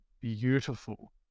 beautiful